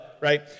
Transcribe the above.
right